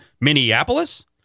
Minneapolis